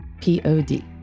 P-O-D